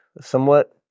somewhat